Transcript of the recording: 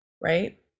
right